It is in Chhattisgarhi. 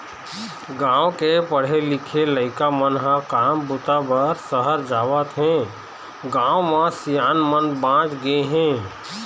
गाँव के पढ़े लिखे लइका मन ह काम बूता बर सहर जावत हें, गाँव म सियान मन बाँच गे हे